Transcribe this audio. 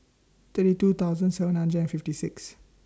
thirty two thousand seven hundred and fifty six